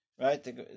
Right